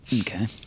Okay